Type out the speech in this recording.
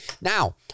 Now